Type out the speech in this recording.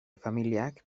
familiak